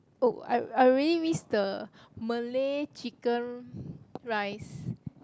oh I I really miss the Malay chicken rice